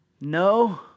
No